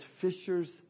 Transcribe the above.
fishers